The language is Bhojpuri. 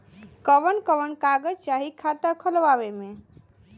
कवन कवन कागज चाही खाता खोलवावे मै?